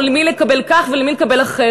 וכל מי שרואה וקורא ולומד לעומק,